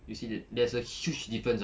you see that there's a huge difference ah